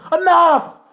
Enough